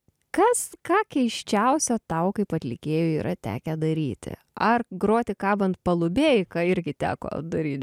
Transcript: kas ką keisčiausia tau kaip atlikėjui yra tekę daryti ar groti kabant palubėj ką irgi teko daryt